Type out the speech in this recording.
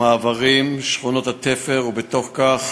המעברים ושכונות התפר, ובתוך כך